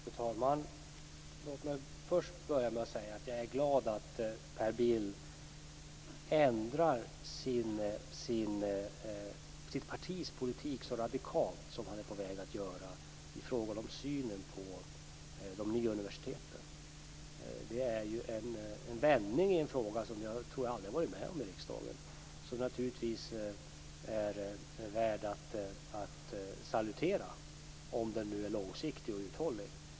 Fru talman! Låt mig först börja med att säga att jag är glad över att Per Bill ändrar sitt partis politik så radikalt som han är på väg att göra i fråga om synen på de nya universiteten. Det är en vändning i en fråga som jag tror att jag aldrig har varit med om i riksdagen och som naturligtvis är värd att salutera, om den nu är långsiktig och uthållig.